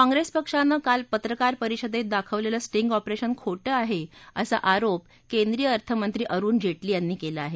काँप्रेस पक्षानं काल पत्रकारपरिषदेत दाखवलेलं स्टिंग ऑपरेशन खोटं आहे असा आरोप केंद्रीय अर्थमंत्री अरुण जेटली यांनी केला आहे